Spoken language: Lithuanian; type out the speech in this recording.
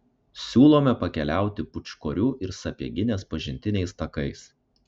siūlome pakeliauti pūčkorių ir sapieginės pažintiniais takais